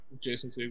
Jason